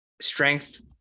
strength